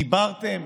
דיברתם